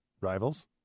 Rivals